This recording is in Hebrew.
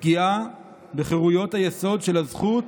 פגיעה בחירויות היסוד של הזכות